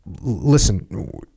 listen